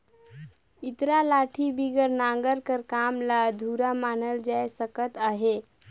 इरता लाठी बिगर नांगर कर काम ल अधुरा मानल जाए सकत अहे